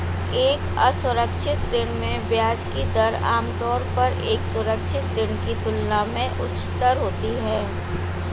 एक असुरक्षित ऋण में ब्याज की दर आमतौर पर एक सुरक्षित ऋण की तुलना में उच्चतर होती है?